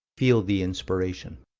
feel the inspiration.